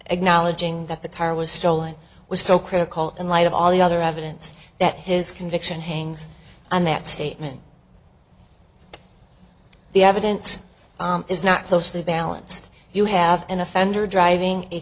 acknowledging that the tire was stolen was so critical in light of all the other evidence that his conviction hangs on that statement the evidence is not closely balanced you have an offender driving a